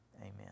amen